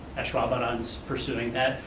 ed schaubuhne's pursuing that.